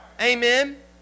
Amen